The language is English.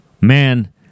man